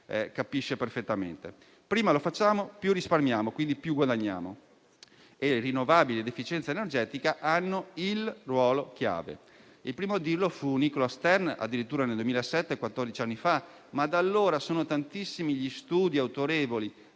capisce perfettamente. Prima lo facciamo, più risparmiamo e quindi più guadagniamo. Rinnovabili ed efficienza energetica hanno un ruolo chiave: il primo a dirlo fu Nicholas Stern, addirittura nel 2007, quattordici anni fa, ma da allora sono tantissimi gli studi autorevoli